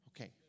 Okay